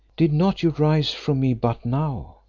did not you rise from me but now?